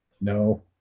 No